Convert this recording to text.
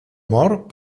mort